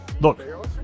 look